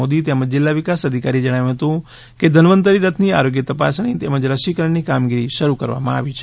મોદી તેમજ જિલ્લા વિકાસ અધિકારીએ જણાવ્યું હતું કે ધન્વંતરી રથની આરોગ્ય તપાસણી તેમજ રસીકરણની કામગીરી શરૂ કરવામાં આવી છે